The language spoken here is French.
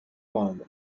grande